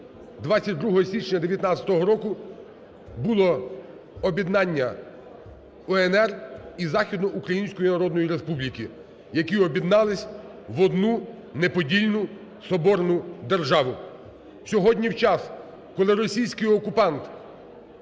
22 січня 19-го року, було об'єднання УНР і Західно-Української Народної Республіки, які об'єднались в одну неподільну соборну державу. Сьогодні в час, коли російський окупант